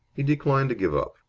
he declined to give up.